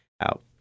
out